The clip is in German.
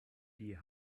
die